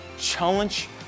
Challenge